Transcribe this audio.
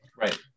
right